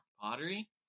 pottery